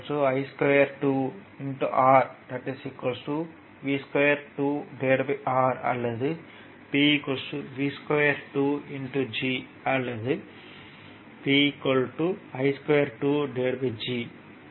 P I2 R V2R அல்லது P V2 G அல்லது I2G ஆகும்